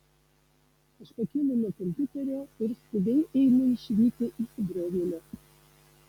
aš pakylu nuo kompiuterio ir skubiai einu išvyti įsibrovėlio